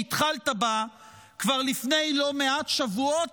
שהתחלת בה כבר לפני לא מעט שבועות,